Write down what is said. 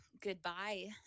goodbye